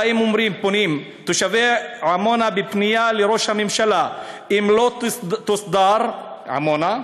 מה אומרים תושבי עמונה בפנייה לראש הממשלה: אם לא תוסדר עמונה,